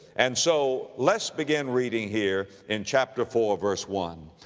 and so, let's begin reading here in chapter four verse one,